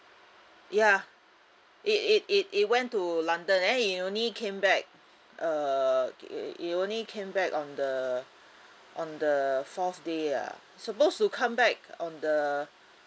ya it it it it went to london then it only came back err it it only came back on the on the fourth day ah supposed to come back on the